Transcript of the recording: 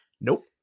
nope